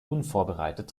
unvorbereitet